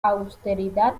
austeridad